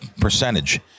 percentage